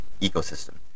ecosystem